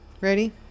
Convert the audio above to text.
Ready